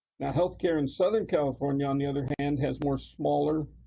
now health care in southern california on the other hand has more smaller,